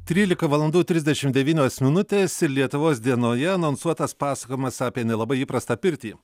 trylika valandų trisdešimt devynios minutės ir lietuvos dienoje anonsuotas pasakojimas apie nelabai įprastą pirtį